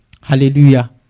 Hallelujah